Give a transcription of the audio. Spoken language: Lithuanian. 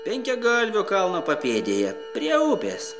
penkiagalvio kalno papėdėje prie upės